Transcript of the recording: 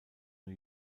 new